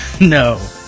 no